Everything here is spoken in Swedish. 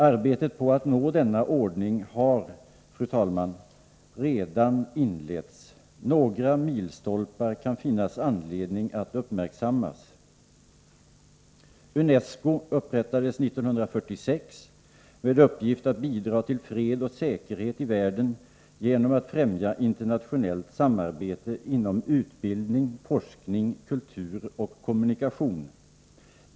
Arbetet på att nå denna ordning har, fru talman, redan inletts. Några milstolpar kan det finnas anledning att uppmärksamma. UNESCO upprättades 1946 med uppgift att bidra till fred och säkerhet i världen genom att främja internationellt samarbete inom utbildning, forskning, kultur och kommunikation.